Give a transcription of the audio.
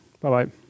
Bye-bye